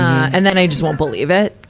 and then i just won't believe it,